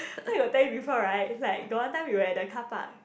you know I got tell you before right it's like got one time we were at the carpark